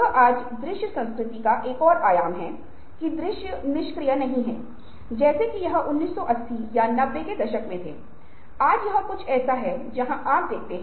यदि उत्तर नहीं है इसका मतलब है की समाधान उचित नहीं है इस समस्या के कुछ अन्य समाधान होगे